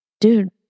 Dude